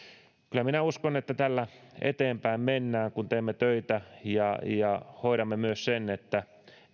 kyllä minä uskon että tällä eteenpäin mennään kun teemme töitä hoidamme myös sen että